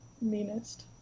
meanest